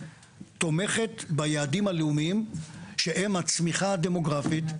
תומכת ביעדים הלאומיים שהם הצמיחה הדמוגרפית?